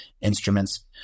instruments